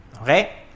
okay